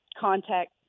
contact